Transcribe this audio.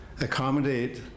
accommodate